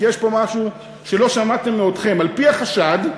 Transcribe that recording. כי יש פה משהו שלא שמעתם מעודכם: על-פי החשד,